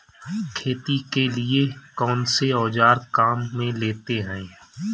खेती के लिए कौनसे औज़ार काम में लेते हैं?